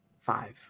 five